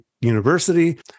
University